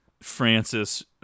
Francis